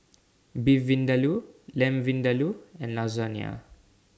Beef Vindaloo Lamb Vindaloo and Lasagne